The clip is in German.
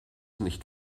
nicht